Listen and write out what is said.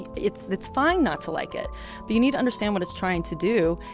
it's it's fine not to like it but you need to understand what it's trying to do,